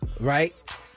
right